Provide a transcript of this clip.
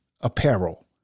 apparel